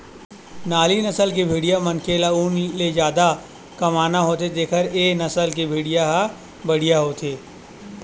नाली नसल के भेड़िया मनखे ल ऊन ले जादा कमाना होथे तेखर ए नसल के भेड़िया ह बड़िहा होथे